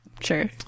sure